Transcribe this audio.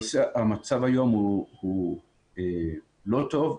המצב היום הוא לא טוב.